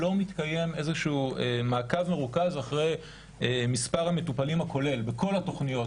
לא מתקיים איזשהו מעקב מרוכז אחרי מספר המטופלים הכולל בכל התוכניות,